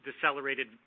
decelerated